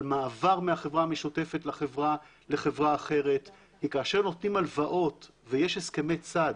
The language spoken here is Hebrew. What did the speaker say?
מעבר מהחברה המשותפת לחברה אחרת וכאשר נותנים הלוואות ויש הסכמי צד